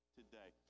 today